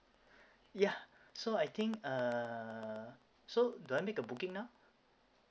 yeah so I think uh so do I make the booking now